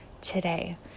today